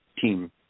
team